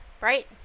Right